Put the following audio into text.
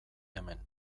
hemen